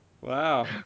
Wow